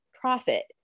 profit